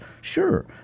sure